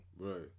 right